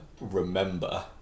remember